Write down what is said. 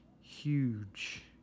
huge